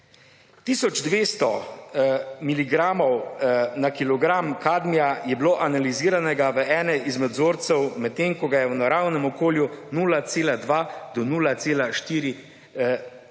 1200 miligramov na kilogram kadmija je bilo analiziranega v enem izmed vzorcev, medtem ko ga je v naravnem okolju 0,2 do 0,4